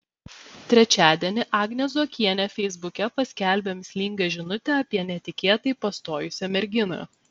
trečiadienį agnė zuokienė feisbuke paskelbė mįslingą žinutę apie netikėtai pastojusią merginą